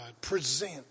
present